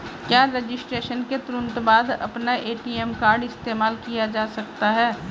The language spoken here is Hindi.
क्या रजिस्ट्रेशन के तुरंत बाद में अपना ए.टी.एम कार्ड इस्तेमाल किया जा सकता है?